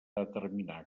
determinar